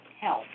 health